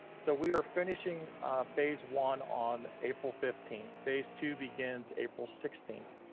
so we are finishing phase one on april fifteenth, phase two begins april sixteenth,